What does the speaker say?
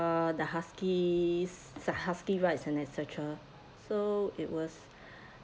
uh the huskies the husky rides and etcetera so it was